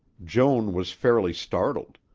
joan was fairly startled.